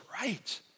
right